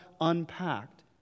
unpacked